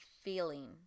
feeling